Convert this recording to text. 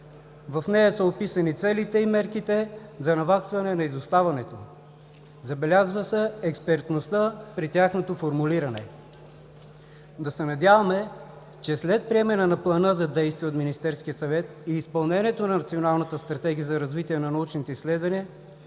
В нея са описани целите и мерките за наваксване на изоставането, забелязва се експертността при тяхното формулиране. Да се надяваме, че след приемане на Плана за действие от Министерския съвет и изпълнението на Националната стратегия за развитие на научните изследвания,